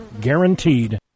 guaranteed